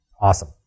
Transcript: Awesome